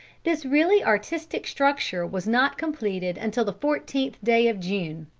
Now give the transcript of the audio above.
this really artistic structure was not completed until the fourteenth day of june.